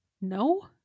No